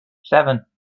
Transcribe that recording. seven